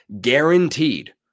guaranteed